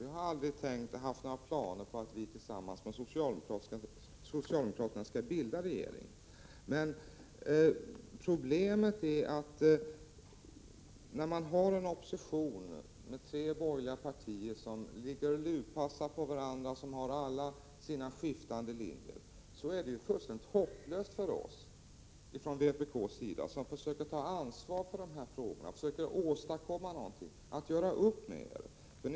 Vi har aldrig haft några planer på att tillsammans med socialdemokraterna bilda regering. När det finns en opposition med tre borgerliga partier, som ligger och lurpassar på varandra och som alla har sina skiftande linjer, är det fullständigt hopplöst för oss i vpk, som försöker ta ansvar och försöker åstadkomma någonting, att göra upp med er.